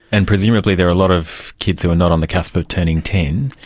and presumably there are a lot of kids who are not on the cusp of turning ten.